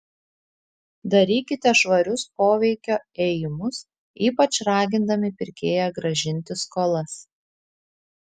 darykite švarius poveikio ėjimus ypač ragindami pirkėją grąžinti skolas